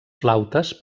flautes